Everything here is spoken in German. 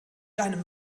einem